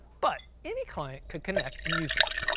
but any client could connect, and use this.